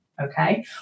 Okay